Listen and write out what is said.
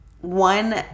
one